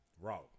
Wrong